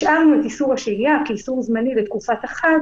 השארנו את איסור השהייה כאיסור זמני לתקופת החג